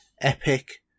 Epic